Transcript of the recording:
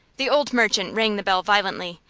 the old merchant rang the bell violently,